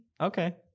Okay